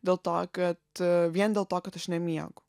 dėl to kad vien dėl to kad aš nemiegu